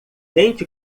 tente